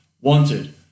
wanted